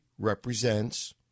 represents